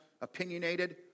opinionated